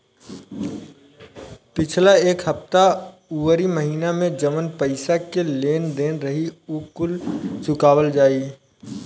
पिछला एक हफ्ता अउरी महीना में जवन पईसा के लेन देन रही उ कुल चुकावल जाई